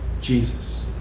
Jesus